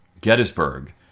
Gettysburg